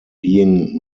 being